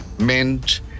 meant